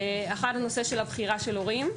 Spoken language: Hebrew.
נושא ראשון הוא בחירת ההורים.